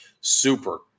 super